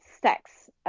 sex